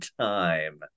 time